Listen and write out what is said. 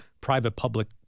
private-public